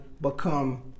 become